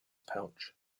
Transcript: pouch